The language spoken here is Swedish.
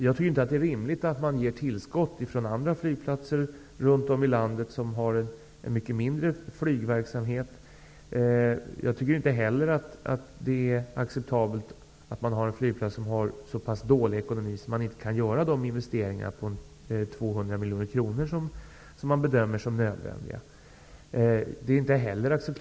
jag tycker inte att det är rimligt att andra flygplatser runt om i landet, som har en mycket mindre flygverksamhet, ger tillskott. Det är inte heller acceptabelt att en flygplats har så dålig ekonomi att man inte kan göra de investeringar på 200 miljoner kronor som man bedömer som nödvändiga.